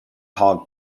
hog